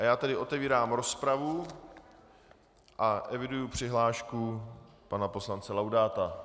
Já tedy otevírám rozpravu a eviduji přihlášku pana poslance Laudáta.